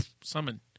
summon